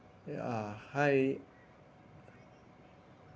ya hi